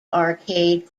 arcade